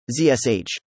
ZSH